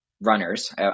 runners